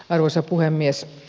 arvoisa puhemies